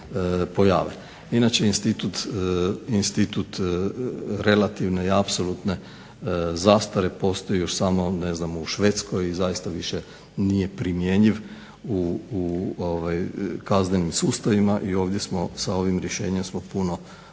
Inače institut relativne i apsolutne zastare postoji još samo ne znam u Švedskoj i zaista nije više primjenjiv u kaznenim sustavima i ovdje smo, sa ovim rješenjem smo puno moderniji.